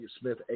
Smith